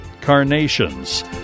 carnations